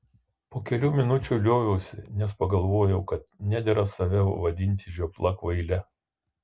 po kelių minučių lioviausi nes pagalvojau kad nedera save vadinti žiopla kvaile